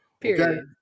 Period